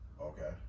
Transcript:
Okay